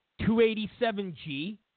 287G